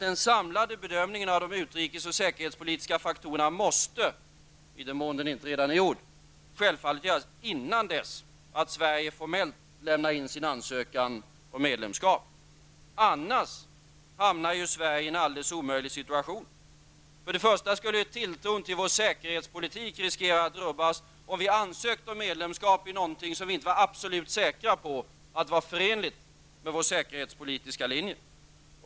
Den samlade bedömningen av de utrikes och säkerhetspolitiska faktorerna måste -- i den mån den inte redan är gjord -- självfallet göras innan Sverige formellt lämnar in sin ansökan om medlemskap. Annars hamnar Sverige i en alldeles omöjlig situation. För det första skulle tilltron till vår säkerhetspolitik riskera att rubbas om vi ansökte om medlemskap i någonting som vi inte var absolut säkra på var förenligt med vår säkerhetspolitiska linje.